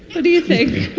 how do you think?